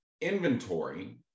inventory